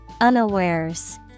Unawares